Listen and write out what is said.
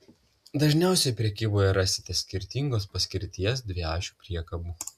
dažniausiai prekyboje rasite skirtingos paskirties dviašių priekabų